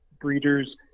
breeders